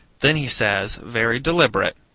then he says, very deliberate,